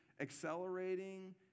accelerating